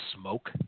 smoke